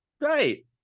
Right